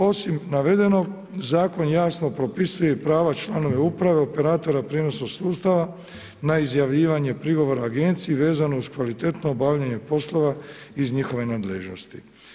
Osim navedenog, zakon jasno propisuje i prava članova uprave, operatora prijenosa sustava na izjavljivanje prigovora agenciji vezano uz kvalitetno obavljanje poslova iz njihove nadležnosti.